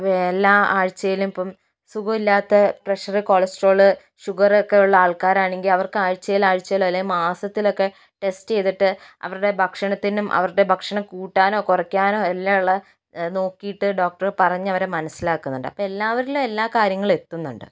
എല്ലാ ആഴ്ചയിലും ഇപ്പം സുഖമില്ലാത്ത പ്രഷർ കൊളെസ്ട്രോൾ ഷുഗർ ഒക്കെ ഉള്ള ആൾക്കാർ ആണെങ്കിൽ അവർക്ക് ആഴ്ചയിൽ ആഴ്ചയിൽ അല്ലെങ്കിൽ മാസത്തിലൊക്കെ ടെസ്റ്റ് ചെയ്തിട്ട് അവരുടെ ഭക്ഷണത്തിനും അവരുടെ ഭക്ഷണം കൂട്ടാനോ കുറയ്ക്കനോ എല്ലാം ഉള്ള നോക്കിട്ട് ഡോക്ടർ അവരെ പറഞ്ഞു മനസിലാക്കുന്നുണ്ട് അപ്പൊൾ എല്ലാവരിലും എല്ലാ കാര്യവും എത്തുന്നുണ്ട്